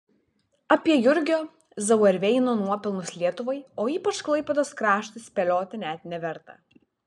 apie jurgio zauerveino nuopelnus lietuvai o ypač klaipėdos kraštui spėlioti net neverta